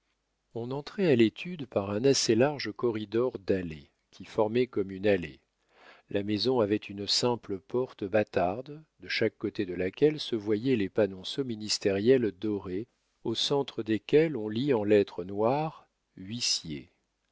on entrait à l'étude par un assez large corridor dallé qui formait comme une allée la maison avait une simple porte bâtarde de chaque côté de laquelle se voyaient les panonceaux ministériels dorés au centre desquels on lit en lettres noires huissier